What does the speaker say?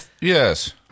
Yes